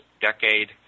decade